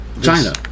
china